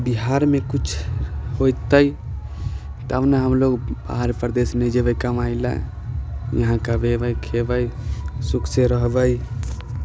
बिहारमे किछु होइतै तब ने हमलोग बाहर प्रदेश नै जेबय कमाइ लऽ यहाँ कमेबै खेबय सुख से रहबै